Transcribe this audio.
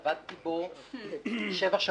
עבדתי בו במשך שבע שנים.